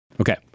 Okay